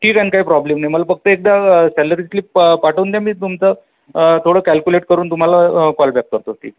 ठीक आहे ना काही प्रॉब्लेम नाही मला फक्त एकदा सॅलरी स्लिप पा पाठवून द्या मी तुमचं थोडं कॅल्कुलेट करून तुम्हाला कॉल बॅक करतो ठीक